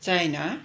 China